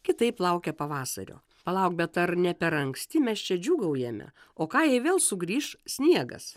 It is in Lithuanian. kitaip laukia pavasario palauk bet ar ne per anksti mes čia džiūgaujame o ką jei vėl sugrįš sniegas